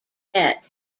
debt